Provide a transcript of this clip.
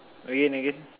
again again